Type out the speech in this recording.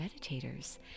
meditators